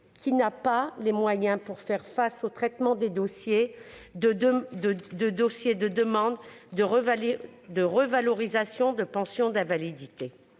qui n'a pas les moyens de faire face au traitement des dossiers de demande de revalorisation de pensions d'invalidité.